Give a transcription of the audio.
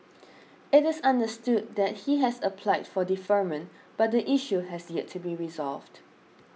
it is understood that he has applied for deferment but the issue has yet to be resolved